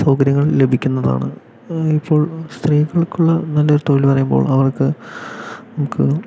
സൗകര്യങ്ങൾ ലഭിക്കുന്നതാണ് ഇപ്പോൾ സ്ത്രീകൾക്കുള്ള നല്ലൊരു തൊഴിൽ എന്ന് പറയുമ്പോൾ അവർക്ക് നമുക്ക്